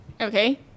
Okay